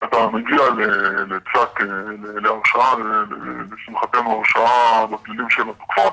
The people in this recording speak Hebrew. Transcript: אני מגיע להרשעה, לשמחתנו הרשעה של התוקפות,